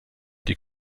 die